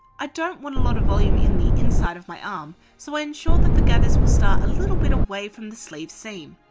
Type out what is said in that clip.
i don't want a lot of volume in the inside of my arm, so i ensure that the gathers will start a little bit away from the sleeve seam.